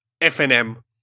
FNM